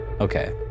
Okay